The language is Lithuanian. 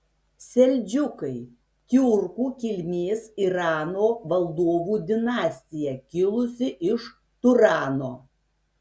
seldžiukai tiurkų kilmės irano valdovų dinastija kilusi iš turano